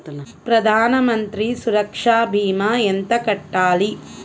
ప్రధాన మంత్రి సురక్ష భీమా ఎంత కట్టాలి?